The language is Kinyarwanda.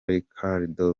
ricardo